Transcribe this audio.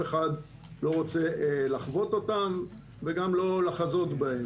אחד לא רוצה לחוות אותן וגם לא לחזות בהן,